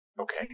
Okay